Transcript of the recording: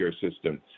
system